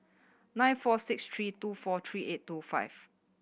nine four six three two four three eight two five